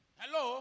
hello